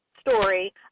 story